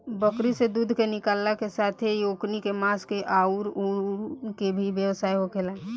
बकरी से दूध के निकालला के साथेही ओकनी के मांस के आउर ऊन के भी व्यवसाय होखेला